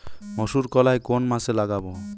মুসুর কলাই কোন মাসে লাগাব?